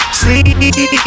sleep